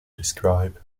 describe